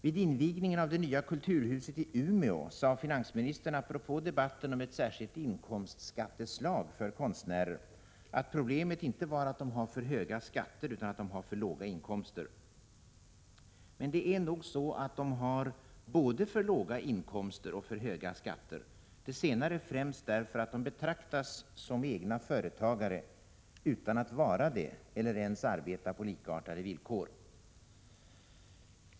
Vid invigningen av det nya kulturhuset i Umeå sade finansministern apropå debatten om ett särskilt inkomstskatteslag för konstnärer, att problemet inte var att de har för höga skatter, utan att de har för låga inkomster. Men det är nog så att de har både för låga inkomster och för höga skatter, det senare främst därför att de betraktas som egna företagare utan att vara det eller ens arbeta på likartade villkor.